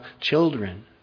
children